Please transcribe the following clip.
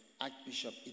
Archbishop